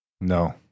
No